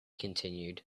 continued